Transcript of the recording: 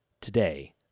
today